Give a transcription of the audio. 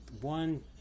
one